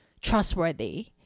trustworthy